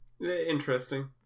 interesting